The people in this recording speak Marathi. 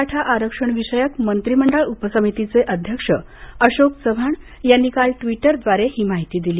मराठा आरक्षण विषयक मंत्रिमंडळ उपसमितीचे अध्यक्ष अशोक चव्हाण यांनी काल ट्विटद्वारे ही माहिती दिली